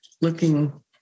looking